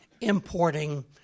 importing